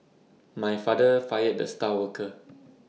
my father fired the star worker